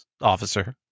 officer